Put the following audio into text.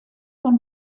von